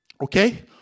Okay